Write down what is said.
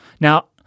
Now